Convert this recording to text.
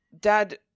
Dad